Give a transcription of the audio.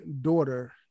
daughter